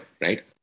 right